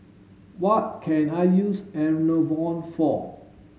what can I use Enervon for